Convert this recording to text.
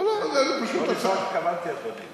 לא לזה התכוונתי, אדוני.